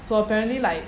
so apparently like